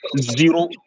zero